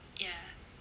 ya